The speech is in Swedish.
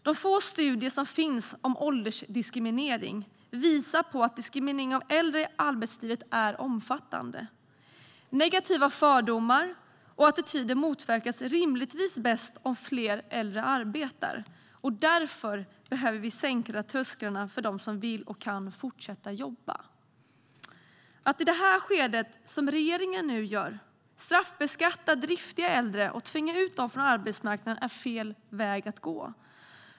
De få studier som finns om åldersdiskriminering visar på att diskrimineringen av äldre i arbetslivet är omfattande. Negativa fördomar och attityder motverkas rimligtvis bäst om fler äldre arbetar, och därför behöver vi sänka trösklarna för dem som vill och kan fortsätta jobba. Att i det här skedet straffbeskatta driftiga äldre och tvinga ut dem från arbetsmarknaden, som regeringen nu gör, är fel väg att gå.